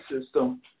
system